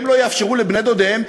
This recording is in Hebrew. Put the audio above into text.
הם לא יאפשרו לבני דודיהם,